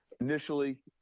initially